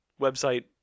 website